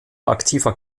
aktiver